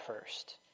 first